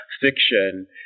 fiction